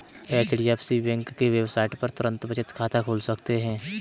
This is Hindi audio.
एच.डी.एफ.सी बैंक के वेबसाइट पर तुरंत बचत खाता खोल सकते है